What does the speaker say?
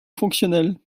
fonctionnelle